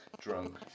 drunk